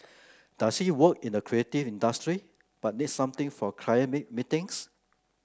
does he work in a creative industry but needs something for client meetings